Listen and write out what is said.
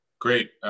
Great